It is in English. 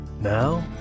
Now